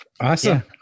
awesome